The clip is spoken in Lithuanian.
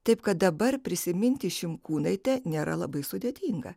taip kad dabar prisiminti šimkūnaitę nėra labai sudėtinga